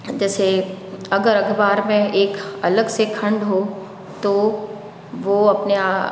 जैसे अगर अखबार में एक अलग से खंड हो तो वो अपने आप